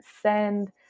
send